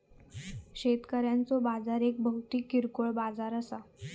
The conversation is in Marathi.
शेतकऱ्यांचो बाजार एक भौतिक किरकोळ बाजार असा